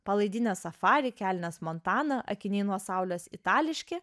palaidinė safari kelnės montana akiniai nuo saulės itališki